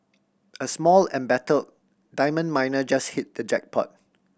a small embattled diamond miner just hit the jackpot